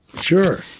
Sure